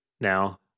Now